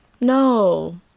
No